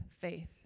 faith